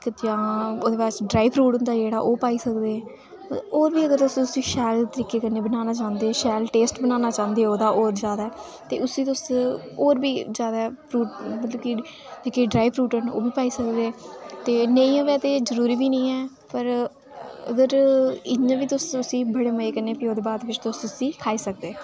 ते जां ओह्दे बाद ड्राई फ्रूट होंदा जेह्ड़ा ओह् पाई सकदे ओह् बी अगर तुस उसी शैल तरीके कन्नै बनाना चाह्ंदे ओ शैल टेस्ट बनाना चाह्ंदे ओ ओह्दा होर जादा ते उसी तुस होर बी जादा मतलब कि ड्राई फ्रूट ओह् बी पाई सकदे ते नेीं होऐ ते ते जरूरी बी निं ऐ पर इ'यां बी तुस उसी बड़े मजे कन्नै बाद बिच तुस उसी खाई सकदे